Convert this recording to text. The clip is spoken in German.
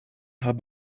haben